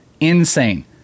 insane